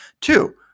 Two